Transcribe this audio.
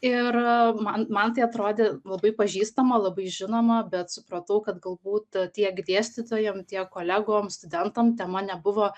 ir man man tai atrodė labai pažįstama labai žinoma bet supratau kad galbūt tiek dėstytojam tiek kolegom studentam tema nebuvo